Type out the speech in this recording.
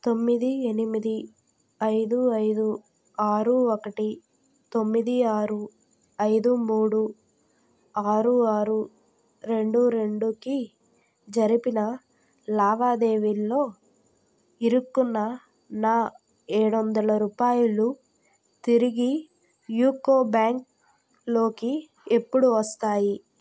తొమ్మిది ఎనిమిది ఐదు ఐదు ఆరు ఒకటి తొమ్మిది ఆరు ఐదు మూడు ఆరు ఆరు రెండు రెండుకి జరిపిన లావాదేవీలలో ఇరుక్కున్న నా ఏడొందల రూపాయలు తిరిగి యూకో డైల్ లోకి ఎప్పుడు వస్తాయి